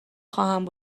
خواهند